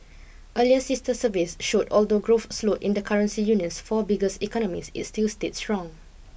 earlier sister surveys showed although growth slowed in the currency union's four biggest economies it still stayed strong